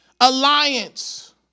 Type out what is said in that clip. alliance